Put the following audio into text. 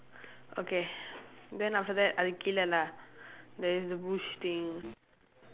okay then after that அதுக்கு கீழே:athukku kiizhee lah there is a bush thing